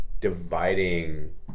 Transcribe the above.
dividing